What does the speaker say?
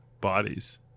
bodies